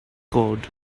code